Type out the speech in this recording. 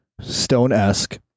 stone-esque